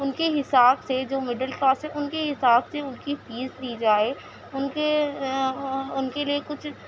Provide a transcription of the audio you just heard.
اُن کے حساب سے جو مڈل کلاس سے اُن کے حساب سے اُن کی فیس لی جائے اُن کے اُن کے لیے کچھ